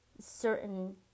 certain